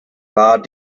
war